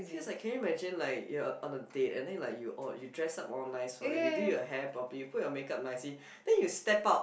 just like can you imagine like you're on a date and then like you oh you dress up all nice right you do your hair properly you put your make up nicely then you step out